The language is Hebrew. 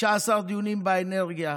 16 דיונים באנרגיה,